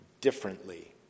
differently